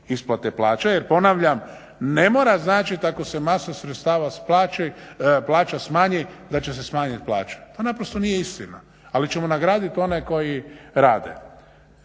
isplate plaće jer ponavljam ne mora značiti ako se masa sredstva plaća smanji, da će se smanjiti plaća. To naprosto nije istina, ali ćemo nagraditi one koji rade.